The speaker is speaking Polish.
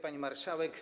Pani Marszałek!